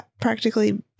practically